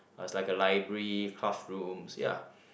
uh it's like a library classrooms ya